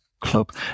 club